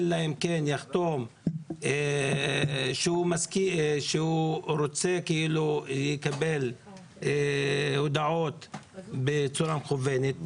אלא אם יחתום שהוא לא רוצה לקבל הודעות מקוונות.